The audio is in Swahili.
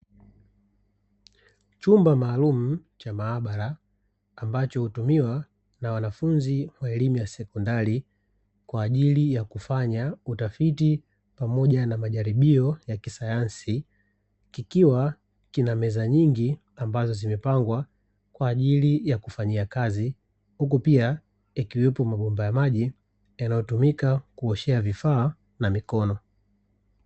Chumba maalumu cha maabara ambacho hutumiwa na wanafunzi wa elimu ya sekondari kwa ajili ya kufanya utafiti pamoja na majaribio ya kisayansi, kikiwa kina meza nyingi ambazo zimepangwa kwa ajili ya kufanyia kazi, huku pia yakiwepo mabomba ya maji yanayotumika kuoshea vifaa na mikono.